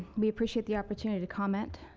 we appreciate the opportunity to comment.